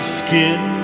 skin